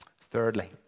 Thirdly